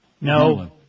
No